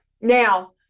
Now